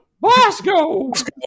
Bosco